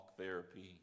therapy